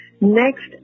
next